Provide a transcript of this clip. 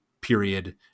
period